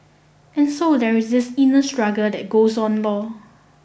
and so there is this inner struggle that goes on lor